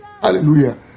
Hallelujah